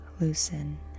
Loosen